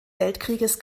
weltkrieges